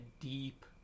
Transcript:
deep